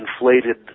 inflated